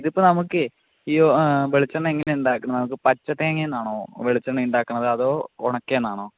ഇതിപ്പോൾ നമുക്ക് ഈ ഒ വെളിച്ചെണ്ണ എങ്ങനെയാണ് ഉണ്ടാക്കുന്നത് നമുക്ക് പച്ച തേങ്ങേന്നാണോ വെളിച്ചെണ്ണ ഉണ്ടാക്കുന്നത് അതോ ഒണക്കയിൽനിന്നാണോ